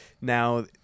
now